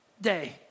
day